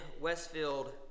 Westfield